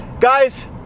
guys